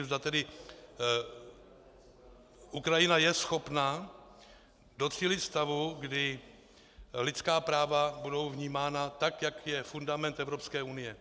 Zda tedy Ukrajina je schopná docílit stavu, kdy lidská práva budou vnímána tak, jak je fundament Evropské unie.